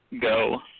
go